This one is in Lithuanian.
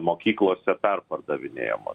mokyklose perpardavinėjamos